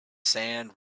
sand